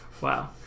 Wow